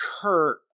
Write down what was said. Kurt